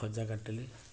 ଭଜା କାଟିଲି